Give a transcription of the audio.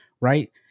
right